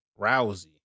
Rousey